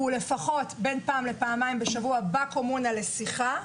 הוא נמצא לפחות פעם-פעמיים בשבוע לקומונה לשיחה.